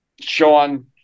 Sean